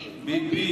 BB, כי זה בוגי ובגין.